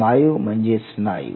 myo म्हणजे स्नायू